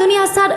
אדוני השר,